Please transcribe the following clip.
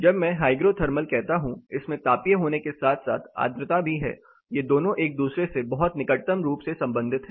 जब मैं hygrothermal कहता हूं इसमें तापीय होने के साथ साथ आद्रता भी है ये दोनों एक दूसरे से बहुत निकटतम रूप से संबंधित हैं